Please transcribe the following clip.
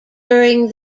during